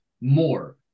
more